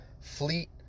Fleet